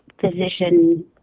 physician